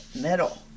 metal